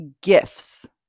gifts